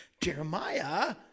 jeremiah